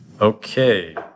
Okay